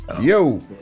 Yo